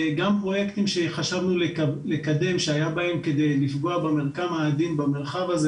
גם פרויקטים שחשבנו לקדם שהיה בהם כדי לפגוע במרקם העדין במרחב הזה,